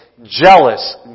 Jealous